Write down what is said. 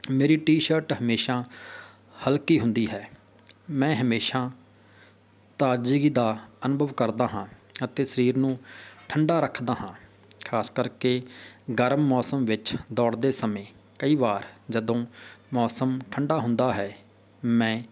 ਮੇਰੀ T shirt ਹਮੇਸ਼ਾ ਹਲਕੀ ਹੁੰਦੀ ਹੈ ਮੈਂ ਹਮੇਸ਼ਾ ਤਾਜ਼ਗੀ ਦਾ ਅਨੁਭਵ ਕਰਦਾ ਹਾਂ ਅਤੇ ਸਰੀਰ ਨੂੰ ਠੰਡਾ ਰੱਖਦਾ ਹਾਂ ਖਾਸ ਕਰਕੇ ਗਰਮ ਮੌਸਮ ਵਿੱਚ ਦੌੜਦੇ ਸਮੇਂ ਕਈ ਵਾਰ ਜਦੋਂ ਮੌਸਮ ਠੰਡਾ ਹੁੰਦਾ ਹੈ ਮੈਂ